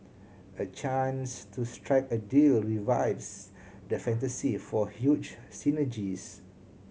a chance to strike a deal revives the fantasy for huge synergies